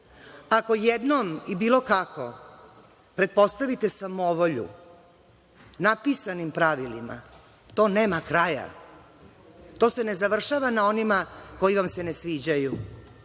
jednom i bilo kako pretpostavite samovolju napisanim pravilima, to nema kraja. To se ne završava na onima koji vam se ne sviđaju,